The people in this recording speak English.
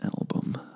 album